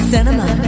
Cinema